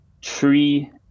tree